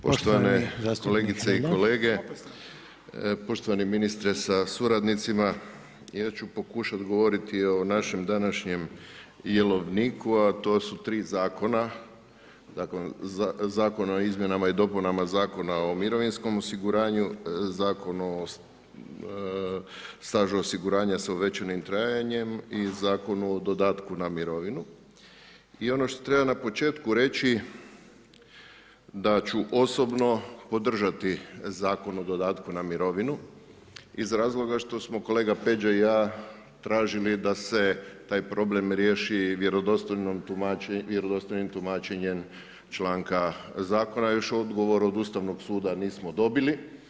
Poštovane kolegice i kolege, poštovani ministre sa suradnicima, ja ću pokušati govoriti o našem današnjem jelovniku, a to su tri zakona, dakle, Zakon o izmjenama i dopunama Zakona o mirovinskom osiguranju, Zakon o stažu osiguranja s uvećanim trajanjem i Zakonu o dodatku na mirovinu, i ono što treba na početku reći, da ću osobno podržati Zakon o dodatku na mirovinu iz razloga što smo kolega Peđa i ja tražili da se taj problem riješi vjerodostojnim tumačenjem članka Zakona, još odgovor od Ustavnog suda nismo dobili.